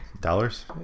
dollars